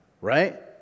right